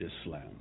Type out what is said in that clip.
Islam